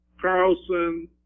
Carlson